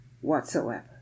whatsoever